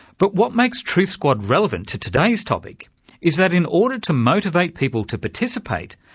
but what makes truthsquad relevant to today's topic is that in order to motivate people to participate,